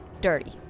dirty